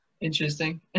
Interesting